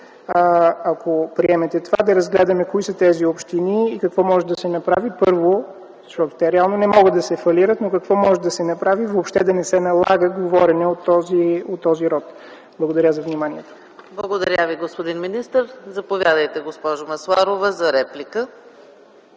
ако приемете това, да разгледаме кои са тези общини и какво може да се направи. Първо, защото те реално не могат да се фалират, но какво може да се направи, въобще да не се налага говорене от този род. Благодаря за вниманието. ПРЕДСЕДАТЕЛ ЕКАТЕРИНА МИХАЙЛОВА: Благодаря Ви, господин министър. Заповядайте, госпожо Масларова, за реплика.